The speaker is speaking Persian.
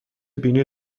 بینی